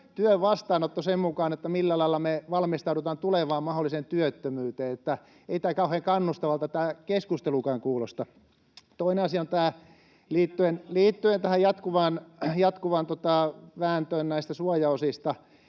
työn vastaanotto sen mukaan, millä lailla me valmistaudutaan tulevaan mahdolliseen työttömyyteen, että ei kauhean kannustavalta tämä keskustelukaan kuulosta. Toinen asia liittyen [Matias Mäkysen välihuuto] tähän jatkuvaan vääntöön näistä suojaosista.